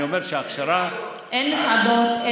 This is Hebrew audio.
אין מסעדות.